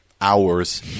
hours